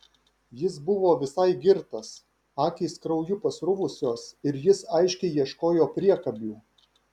jis buvo visai girtas akys krauju pasruvusios ir jis aiškiai ieškojo priekabių